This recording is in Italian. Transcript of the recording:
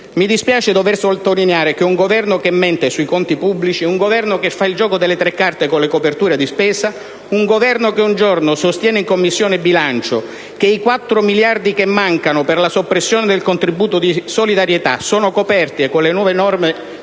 mi dispiace dover sottolineare che un Governo che mente sui conti pubblici, un Governo che fa il gioco delle tre carte con le coperture di spesa, un Governo che un giorno sostiene in Commissione bilancio che i quattro miliardi che mancano per la soppressione del contributo di solidarietà sono coperti con le nuove norme